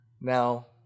Now